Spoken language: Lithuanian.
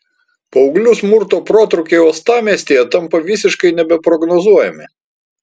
paauglių smurto protrūkiai uostamiestyje tampa visiškai nebeprognozuojami